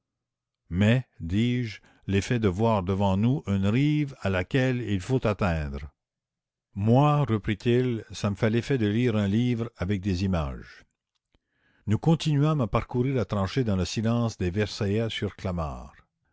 mais dis-je l'effet de voir devant nous une rive à laquelle il faut atteindre moi reprit-il ça me fait l'effet de lire un livre avec des images nous continuâmes à parcourir la tranchée dans le silence des versaillais sur clamart